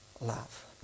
love